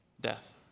death